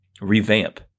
Revamp